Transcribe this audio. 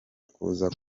kuza